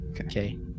Okay